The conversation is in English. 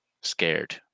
scared